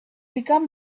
become